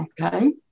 Okay